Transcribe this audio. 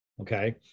Okay